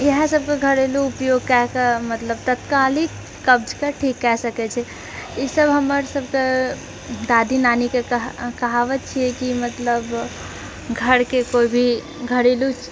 इएहए सभकऽ घरेलू उपयोग कएकऽ मतलब तत्कालिक कब्जकऽ ठीक कए सकैत छै ईसभ हमरसभकऽ दादी नानीके कहब कहावत छियै कि मतलब घरके कोइ भी घरेलू